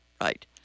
Right